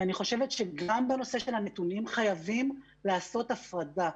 ואני חושבת שגם בנושא של הנתונים חייבים לעשות הפרדה.